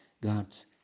God's